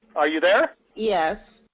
are you there? yes.